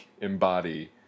embody